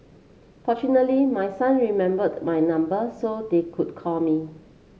fortunately my son remembered my number so they could call me